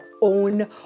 own